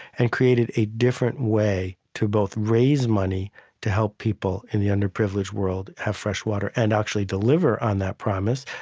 and created a different way to both raise money to help people in the underprivileged world to have fresh water and actually deliver on that promise.